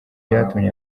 byatumye